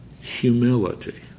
humility